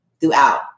throughout